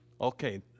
Okay